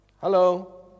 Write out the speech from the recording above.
Hello